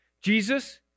Jesus